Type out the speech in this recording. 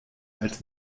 als